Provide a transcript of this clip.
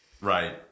Right